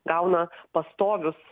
gauna pastovius